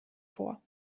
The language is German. vor